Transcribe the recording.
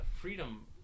freedom